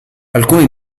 alcuni